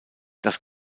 das